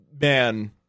man